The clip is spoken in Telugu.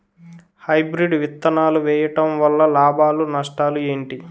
హైబ్రిడ్ విత్తనాలు వేయటం వలన లాభాలు నష్టాలు ఏంటి?